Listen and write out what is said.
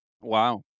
Wow